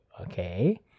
Okay